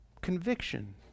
conviction